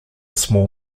small